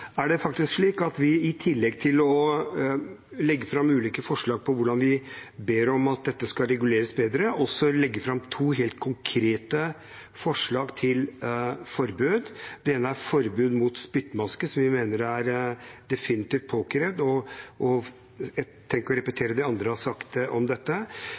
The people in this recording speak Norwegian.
faktisk slik at vi i tillegg til å legge fram ulike forslag til hvordan vi ber om at dette skal reguleres bedre, også legger fram to helt konkrete forslag til forbud. Det ene er forbud mot spyttmaske, som vi mener definitivt er påkrevd – jeg trenger ikke å repetere det andre har sagt om dette.